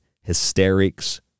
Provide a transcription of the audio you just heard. hysterics